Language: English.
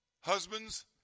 Husbands